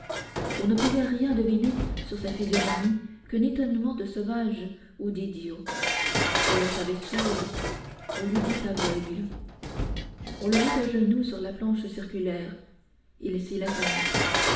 on ne pouvait rien deviner sur sa physionomie qu'un étonnement de sauvage ou d'idiot on le savait sourd on l'eût dit aveugle on le mit à genoux sur la planche circulaire il s'y laissa mettre